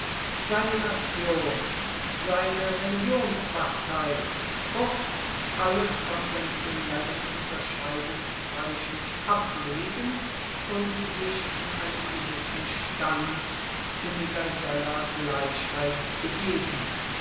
seine nation seine religionspartei kurz alle konventionellen unterscheidungszeichen ablegen und sich in einen gewissen stand universeller gleichheit begeben